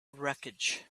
wreckage